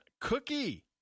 cookie